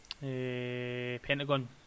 Pentagon